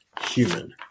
human